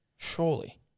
surely